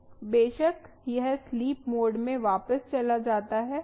बेशक यह sleep mode में वापस चला जाता है